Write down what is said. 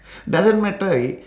doesn't matter i~